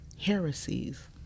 heresies